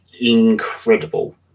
incredible